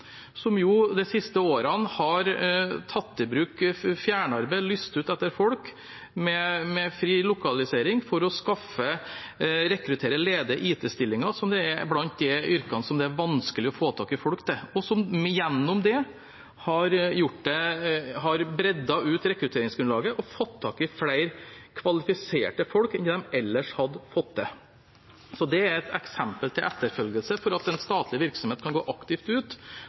som de siste årene har tatt i bruk fjernarbeid og utlyst etter folk med fri lokalisering for å rekruttere til ledige IT-stillinger, som er blant de yrkene det er vanskelig å få tak i folk til. Gjennom det har de breddet ut rekrutteringsgrunnlaget og fått tak i flere kvalifiserte folk enn det de ellers ville ha fått til. Så det er et eksempel til etterfølgelse på at en statlig virksomhet kan gå aktivt ut